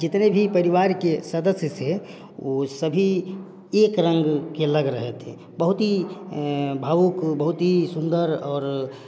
जितने भी परिवार के सदस्य से वो सभी एक रंग के लग रहे थे बहुत ही भावुक बहुत ही सुंदर और